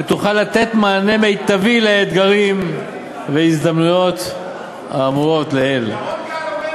ותוכל לתת מענה מיטבי לאתגרים ולהזדמנויות האמורות לעיל.